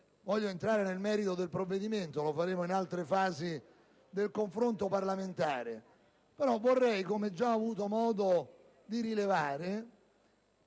voglio entrare nel merito del provvedimento: lo faremo in altre fasi del confronto parlamentare. Però, come ho già avuto modo di rilevare,